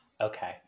okay